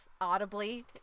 audibly